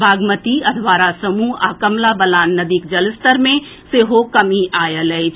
बागमती अधवारा समूह आ कमला बलान नदीक जलस्तर मे सेहो कमी आएल अछि